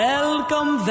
Welcome